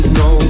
no